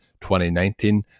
2019